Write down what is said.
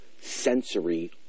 sensory